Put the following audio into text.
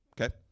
okay